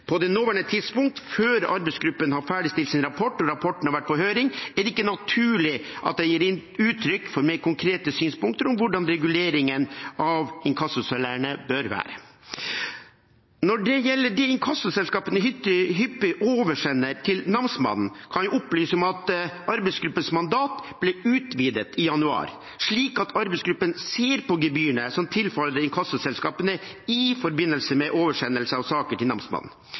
På det nåværende tidspunkt, før arbeidsgruppen har ferdigstilt sin rapport og rapporten har vært på høring, er det ikke naturlig at jeg gir uttrykk for mer konkrete synspunkter om hvordan reguleringen av inkassosalærene bør være. Når det gjelder det inkassoselskapene hyppig oversender til namsmannen, kan jeg opplyse om at arbeidsgruppens mandat ble utvidet i januar, slik at arbeidsgruppen ser på gebyrene som tilfaller inkassoselskapene, i forbindelse med oversendelse av saker til namsmannen.